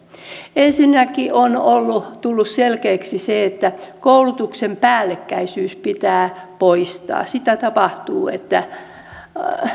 ensinnäkin on tullut selkeäksi se että koulutuksen päällekkäisyys pitää poistaa sitä tapahtuu